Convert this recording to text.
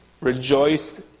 Rejoice